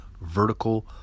vertical